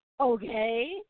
okay